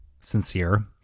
sincere